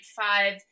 five